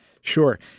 sure